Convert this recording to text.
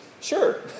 sure